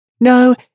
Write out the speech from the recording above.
No